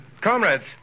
Comrades